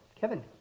kevin